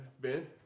Ben